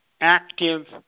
active